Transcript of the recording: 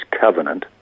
covenant